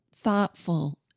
Thoughtful